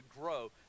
grow